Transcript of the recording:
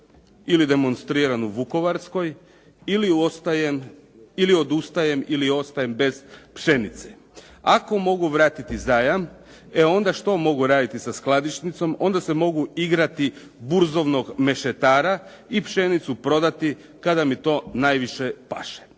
ili demonstriram u Vukovarskoj ili odustajem ili ostajem bez pšenice. Ako mogu vratiti zajam, e onda što mogu raditi sa skladišnicom? Onda se mogu igrati burzovnog mešetara i pšenicu prodati kada mi to najviše paše.